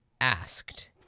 asked